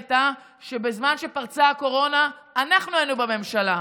בזמן שפרצה הקורונה אנחנו היינו בממשלה.